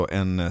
en